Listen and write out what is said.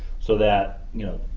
so that, you know,